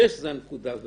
6 זה הנקודה.